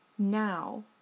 Now